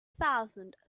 thousand